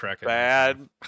bad